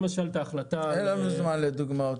למשל את ההחלטה --- אין לנו זמן לדוגמאות,